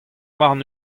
warn